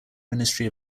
ministry